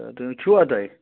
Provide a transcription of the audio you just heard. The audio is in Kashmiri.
تہٕ چھُوا تۄہہِ